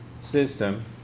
system